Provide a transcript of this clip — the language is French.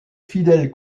fidèles